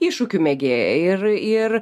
iššūkių mėgėja ir ir